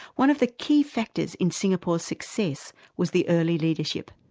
one of the key factors in singapore's success was the early leadership.